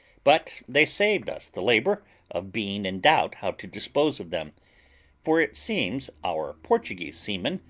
but they saved us the labour of being in doubt how to dispose of them for it seems our portuguese seamen,